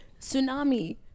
tsunami